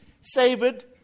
savored